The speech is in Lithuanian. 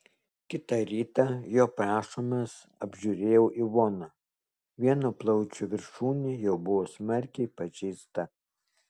kitą rytą jo prašomas apžiūrėjau ivoną vieno plaučio viršūnė jau buvo smarkiai pažeista